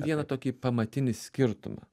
vieną tokį pamatinį skirtumą